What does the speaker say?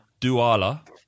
Duala